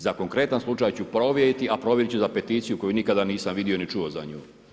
Za konkretan slučaj ću provjeriti a provjeriti ću za peticiju koju nikada nisam vidio ni čuo za nju.